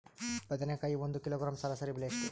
ಬದನೆಕಾಯಿ ಒಂದು ಕಿಲೋಗ್ರಾಂ ಸರಾಸರಿ ಬೆಲೆ ಎಷ್ಟು?